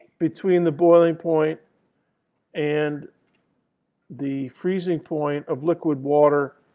between the boiling point and the freezing point of liquid water.